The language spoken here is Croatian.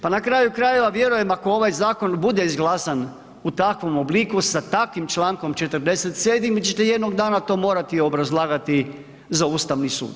Pa na kraju krajeva vjerujem ako ovaj zakon bude izglasan u takvom obliku sa takvim člankom 47. vi ćete jednog dana to morati obrazlagati za Ustavni sud.